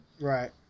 Right